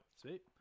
Sweet